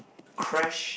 crash